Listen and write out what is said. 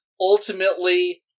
ultimately